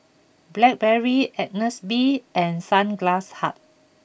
Blackberry Agnes B and Sunglass Hut